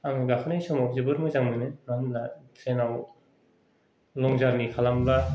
आं गाखोनाय समाव जोबोद मोजांमोन मानो होनब्ला ट्रेनाव लं जारनि खालामबा